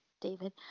David